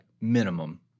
minimum